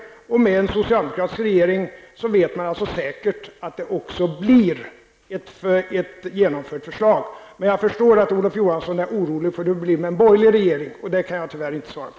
Med en socialdemokratisk regering vet man alltså säkert att detta också blir ett genomfört förslag. Men jag förstår att Olof Johansson är orolig för hur det blir med en borgerlig regering, och det kan jag tyvärr inte svara på.